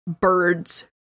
birds